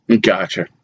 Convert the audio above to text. gotcha